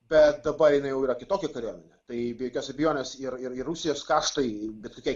bet dabar jinai jau yra kitokia kariuomenė tai be jokios abejonės ir ir rusijos kaštai bet kokiai